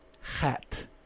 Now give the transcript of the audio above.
hat